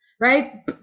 Right